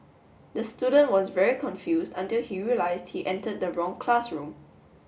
the student was very confused until he realised he entered the wrong classroom